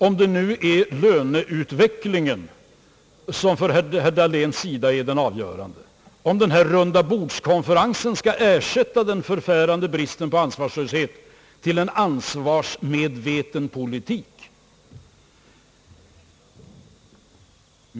Är det löneutveck lingen som för herr Dahlén är det avgörande? Skall rundabordskonferensen ersätta det förfärande provet på ansvarslöshet med en ansvarsmedveten politik?